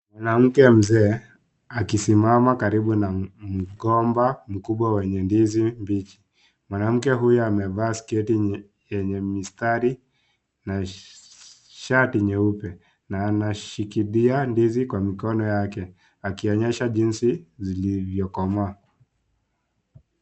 Mwanamke mzee akisimama karibu na migomba mkubwa wenye ndizi mbichi, mwanamke huyo amevaa sketi yenye mistari na shati nyeupe na anashikilia ndizi kwa mikono yake, akionyesha jinsi ilivyokomaa.